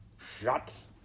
Shut